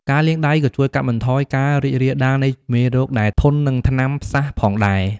ការលាងដៃក៏ជួយកាត់បន្ថយការរីករាលដាលនៃមេរោគដែលធន់នឹងថ្នាំផ្សះផងដែរ។